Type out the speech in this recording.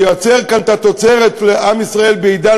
לייצר כאן את התוצרת לעם ישראל בעידן